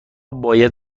باید